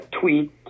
tweet